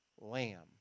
lamb